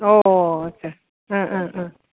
अ आच्चा